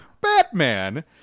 Batman